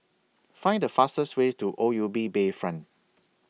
Find The fastest Way to O U B Bayfront